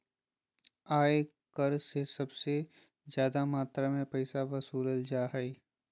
आय कर से सबसे ज्यादा मात्रा में पैसा वसूलल जा हइ